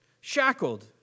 shackled